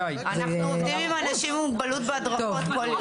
אנחנו עובדים עם אנשים עם מוגבלות בהדרכות כל הזמן.